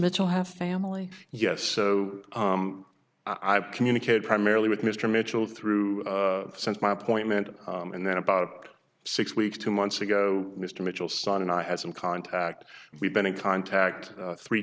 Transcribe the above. mitchell have family yes so i've communicated primarily with mr mitchell through since my appointment and then about six weeks two months ago mr mitchell son and i had some contact we've been in contact three